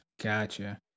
Gotcha